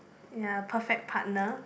ya a perfect partner